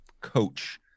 coach